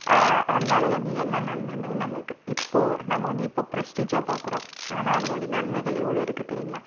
அதனால் வந்து என்ன நன்மைன்னு பார்த்திங்கன்னா நமக்கு இப்போது நம்ம வந்து இப்போது பிரெஸ்டிஜா பார்க்குறோம் ஆனால் அதனுடைய நன்மைகள் எவ்வளோ இருக்குது தெரியுங்களா